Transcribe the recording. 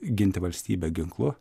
ginti valstybę ginklu